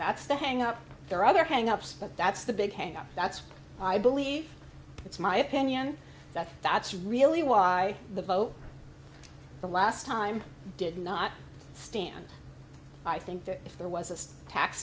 that's the hang up there are other hang ups but that's the big hang up that's why i believe it's my opinion that that's really why the vote the last time did not stand i think that if there was a tax